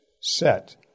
set